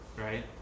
right